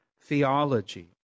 theology